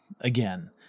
again